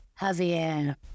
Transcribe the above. Javier